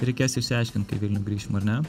reikės išsiaiškint kai į vilnių grįšime ar ne